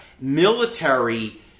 military